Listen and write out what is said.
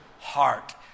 heart